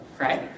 right